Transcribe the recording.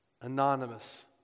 anonymous